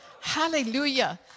Hallelujah